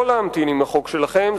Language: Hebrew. לא להמתין עם החוק שלכם.